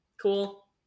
Cool